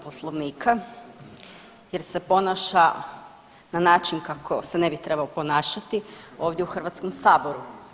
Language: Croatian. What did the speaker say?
Poslovnika jer se ponaša na način kako se ne bi trebao ponašati ovdje u Hrvatskom saboru.